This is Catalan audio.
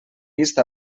vist